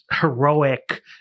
heroic